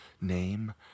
name